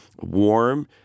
warm